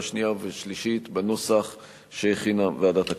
השנייה והשלישית בנוסח שהכינה ועדת הכנסת.